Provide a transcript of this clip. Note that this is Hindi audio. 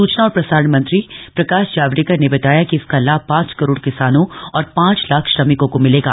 सुचना और प्रसारण मंत्री प्रकाश जावडेकर ने बताया कि इसका लाभ पांच करोड़ किसानों और पांच लाख श्रमिकों को मिलेगा